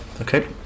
Okay